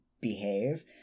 behave